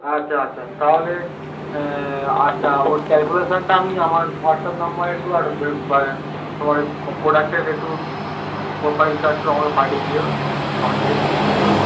আচ্ছা আচ্ছা তাহলে আচ্ছা ওর ক্যালকুশানটা আমি আমার হোয়াটসঅ্যাপ নাম্বারে একটু আর তোমার ঐ প্রোডাক্টের একটু প্রপাইলটা একটু আমাকে পাঠিয়ে দিও হবে আমি যদি একটুতে পারবেন